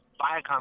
Viacom